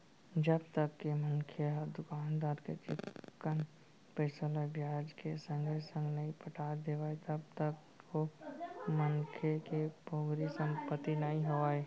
जब तक के मनखे ह दुकानदार के चिक्कन पइसा ल बियाज के संगे संग नइ पटा देवय तब तक ओ मनखे के पोगरी संपत्ति नइ होवय